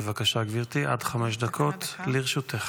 בבקשה, גברתי, עד חמש דקות לרשותך.